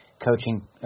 coaching